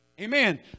Amen